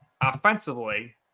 offensively